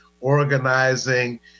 organizing